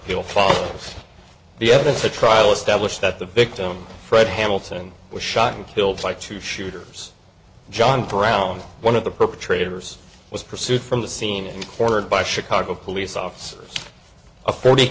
followed the evidence the trial established that the victim fred hamilton was shot and killed like two shooters john brown one of the perpetrators was pursued from the scene and cornered by chicago police officers